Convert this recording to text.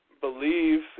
believe